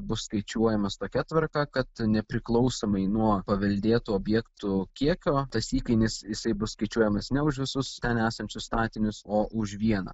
bus skaičiuojamas tokia tvarka kad nepriklausomai nuo paveldėtų objektų kiekio tas įkainis jisai bus skaičiuojamas ne už visus ten esančius statinius o už vieną